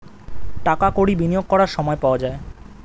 টাকা কড়ি বিনিয়োগ করার সময় পাওয়া যায়